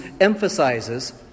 emphasizes